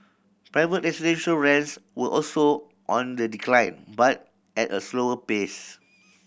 private residential rents were also on the decline but at a slower pace